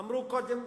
אמרו קודם,